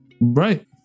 right